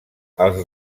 els